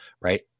right